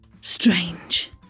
strange